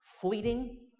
fleeting